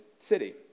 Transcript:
city